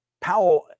Powell